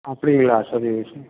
அப்படிங்களா சரி சொல்